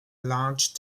large